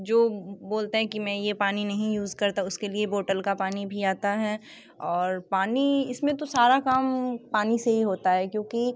जो बोलते है कि मैं ये पानी नहीं यूज़ करता उसके लिए बोटल का पानी भी आता है और पानी इसमें तो सारा काम पानी से ही होता है क्योंकि